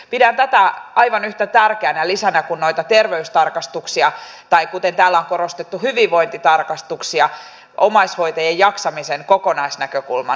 pidän tätä aivan yhtä tärkeänä lisänä kuin noita terveystarkastuksia tai kuten täällä on korostettu hyvinvointitarkastuksia omaishoitajien jaksamisen kokonaisnäkökulman huomioimisessa